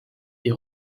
est